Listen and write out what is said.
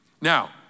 Now